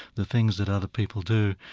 the things that other people do,